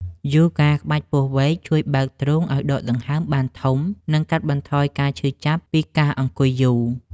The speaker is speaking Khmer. យូហ្គាក្បាច់ពស់វែក ជួយបើកទ្រូងឱ្យដកដង្ហើមបានធំ និងកាត់បន្ថយការឈឺចង្កេះពីការអង្គុយយូរ។